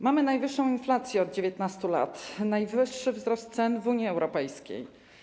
Mamy najwyższą inflację od 19 lat, najwyższy wzrost cen w Unii Europejskiej.